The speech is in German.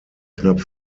knapp